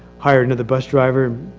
hire another bus driver.